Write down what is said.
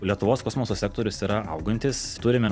lietuvos kosmoso sektorius yra augantis turime